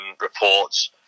reports